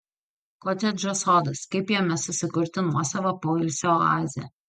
kotedžo sodas kaip jame susikurti nuosavą poilsio oazę